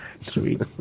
Sweet